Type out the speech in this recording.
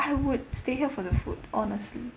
I would stay here for the food honestly